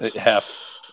half